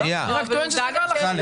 אני רק טוען שזה רע לכם.